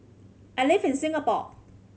I live in Singapore